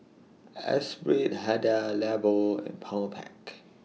Esprit Hada Labo and Powerpac